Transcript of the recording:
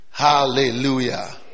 Hallelujah